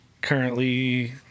currently